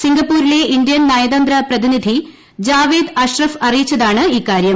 സിംഗപ്പൂരിലെ Indian നയതന്ത്ര പ്രതിനിധി ജാവേദ് അഷ്റഫ് അറിയിച്ചതാണ് ഇക്കാര്യം